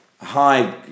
hi